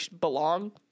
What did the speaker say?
belong